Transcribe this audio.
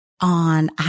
on